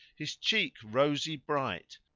his cheek rosy bright,